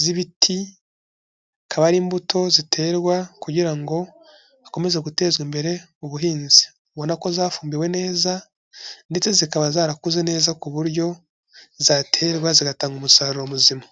z'ibiti, zikaba ari imbuto ziterwa kugira ngo hakomeze gutezwa imbere ubuhinzi, ubona ko zafumbiwe neza ndetse zikaba zarakuze neza ku buryo zaterwa zigatanga umusaruro muzima.